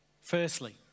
Firstly